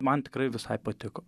man tikrai visai patiko